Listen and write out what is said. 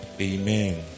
amen